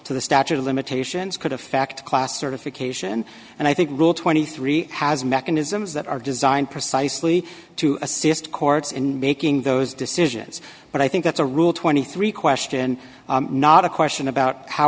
to the statute of limitations could affect class certification and i think rule twenty three has mechanisms that are designed precisely to assist courts in making those decisions but i think that's a rule twenty three question not a question about how